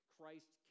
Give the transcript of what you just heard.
Christ